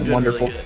Wonderful